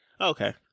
okay